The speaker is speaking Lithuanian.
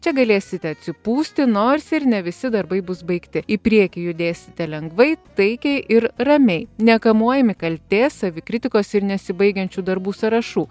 čia galėsite atsipūsti nors ir ne visi darbai bus baigti į priekį judėsite lengvai taikiai ir ramiai nekamuojami kaltės savikritikos ir nesibaigiančių darbų sąrašų